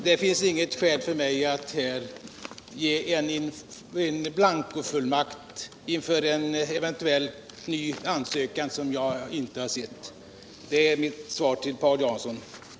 Herr talman! Det finns inget skäl för mig att här ge en blankofullmakt inför en eventuell ny ansökan som jag inte har sett. Det är mitt svar till Paul Jansson.